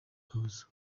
kabuza